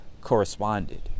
corresponded